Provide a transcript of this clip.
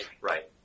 Right